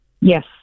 Yes